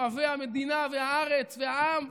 אוהבי המדינה והארץ והעם,